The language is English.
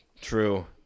True